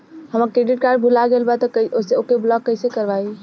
हमार credit card भुला गएल बा त ओके ब्लॉक कइसे करवाई?